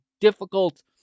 difficult